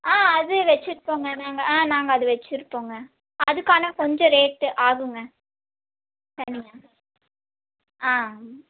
ஆ அது வச்சிர்க்கோங்க வேங்க ஆ நாங்கள் அது வச்சிர்ப்போங்க அதற்கான கொஞ்சம் ரேட்டு ஆகுங்க சரிங்க ஆ